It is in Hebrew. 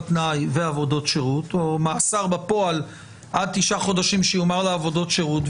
תנאי ועבודות שירות או מאסר בפועל עד תשעה חודשים שיומר לעבודות שירות,